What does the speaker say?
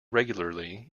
regularly